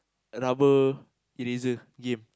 rubber eraser game